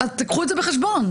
קחו את זה בחשבון.